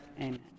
Amen